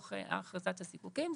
אכרזת הזיקוקין,